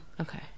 Okay